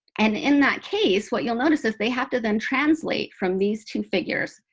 and in that case, what you'll notice if they have to then translate from these two figures,